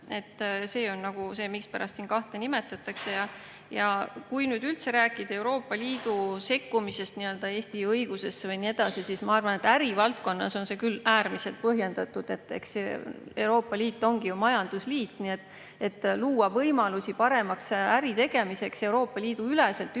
See on põhjus, mispärast siin kahte nimetatakse. Kui nüüd rääkida üldse Euroopa Liidu sekkumisest Eesti õigusesse ja nii edasi, siis ma arvan, et ärivaldkonnas on see küll äärmiselt põhjendatud. Eks Euroopa Liit ongi ju majandusliit. Luua võimalusi paremaks äritegemiseks Euroopa Liidu üleselt ühisel